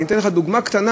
אני אתן לך דוגמה קטנה.